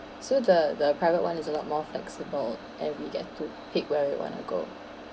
so the the private one is a lot more flexible and we get to pick where we want to go